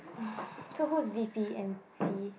so who's V_P and P